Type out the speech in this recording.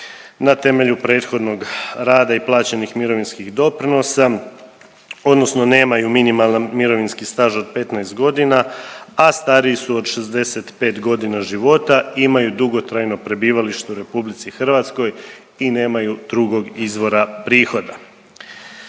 na temelju prethodnog rada i plaćenih mirovinskih doprinosa odnosno nemaju minimalan mirovinski staž od 15.g., a stariji su od 65.g. života, imaju dugotrajno prebivalište u RH i nemaju drugog izvora prihoda.